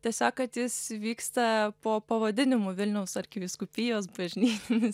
tiesiog kad jis vyksta po pavadinimu vilniaus arkivyskupijos bažnytinis